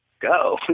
go